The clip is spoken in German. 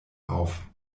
auf